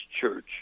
Church